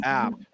app